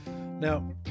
Now